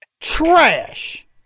Trash